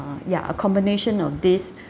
uh ya a combination of this